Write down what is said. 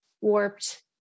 warped